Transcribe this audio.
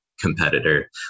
competitor